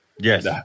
Yes